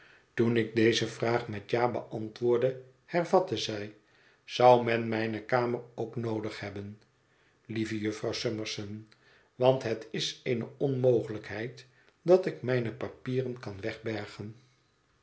toen ik deze vraag met ja beantwoordde hervatte zij zou men mijne kamer ook noodig hebben lieve jufvrouw summerson want het is eene onmogelijkheid dat ik mijne papieren kan wegbergen